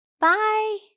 Bye